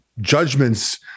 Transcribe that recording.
judgments